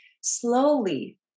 slowly